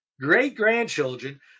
great-grandchildren